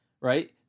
right